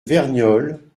verniolle